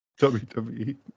WWE